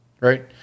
Right